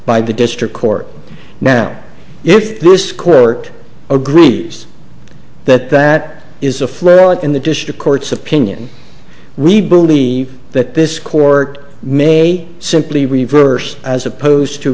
by the district court now if this court agrees that that is a flaw in the district court's opinion we believe that this court may simply reverse as opposed to